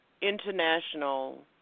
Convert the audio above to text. International